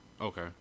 okay